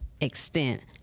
extent